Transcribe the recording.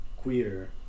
queer